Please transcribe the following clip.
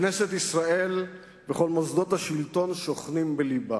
כנסת ישראל וכל מוסדות השלטון שוכנים בלבה,